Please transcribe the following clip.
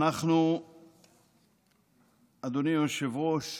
אדוני היושב-ראש,